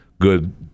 good